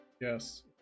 yes